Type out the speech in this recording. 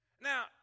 Now